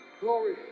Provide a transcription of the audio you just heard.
Glory